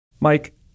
Mike